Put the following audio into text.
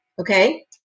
okay